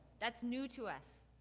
that's new to us,